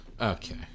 Okay